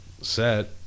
set